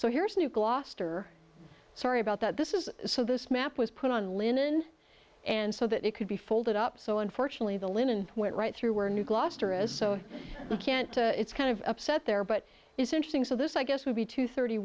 so here's new gloucester sorry about that this is so this map was put on linen and so that it could be folded up so unfortunately the linen went right through where new gloucester is so you can't it's kind of upset there but it's interesting so this i guess would be two thirty